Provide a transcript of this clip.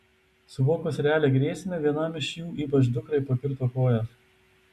suvokus realią grėsmę vienam iš jų ypač dukrai pakirto kojas